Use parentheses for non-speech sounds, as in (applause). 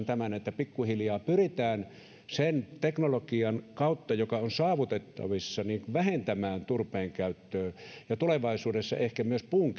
(unintelligible) tämän että pikkuhiljaa pyritään sen teknologian kautta joka on saavutettavissa vähentämään turpeen käyttöä ja tulevaisuudessa ehkä myös puun (unintelligible)